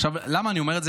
עכשיו, למה אני אומר את זה?